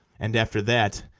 and, after that,